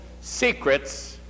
secrets